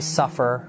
suffer